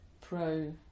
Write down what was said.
pro-